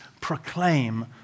proclaim